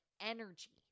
energy